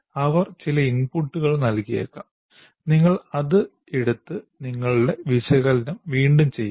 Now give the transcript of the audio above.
അവർ ചില ഇൻപുട്ടുകൾ നൽകിയേക്കാം നിങ്ങൾ അത് എടുത്ത് നിങ്ങളുടെ വിശകലനം വീണ്ടും ചെയ്യുക